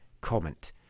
comment